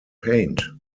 paint